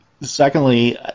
secondly